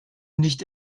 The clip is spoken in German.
nicht